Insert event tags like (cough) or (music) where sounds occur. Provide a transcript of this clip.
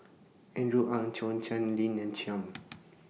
Andrew Ang Zhou Chan Lina Chiam (noise)